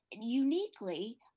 uniquely